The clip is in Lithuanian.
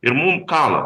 ir mum kala